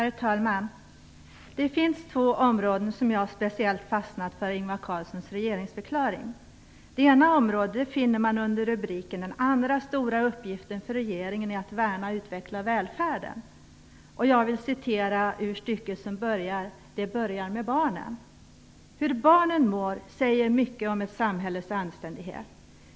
Herr talman! Det finns två områden som jag speciellt fastnat för i Ingvar Carlssons regeringsförklaring. Det ena området finner man under rubriken Den andra stora uppgiften för regeringen är att värna och utveckla välfärden. Jag citerar ur det stycke som börjar: Det börjar med barnen. "Hur barnen mår säger mycket om ett samhälles anständighet.